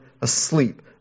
asleep